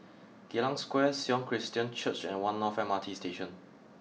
Geylang Square Sion Christian Church and One North M R T Station